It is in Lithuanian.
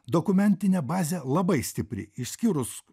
dokumentinė bazė labai stipri išskyrus